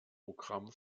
programm